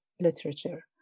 literature